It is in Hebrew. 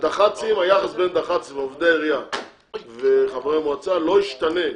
הדח"צים היחס בין דח"צ ועובדי עירייה וחברי מועצה לא השתנה.